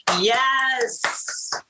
Yes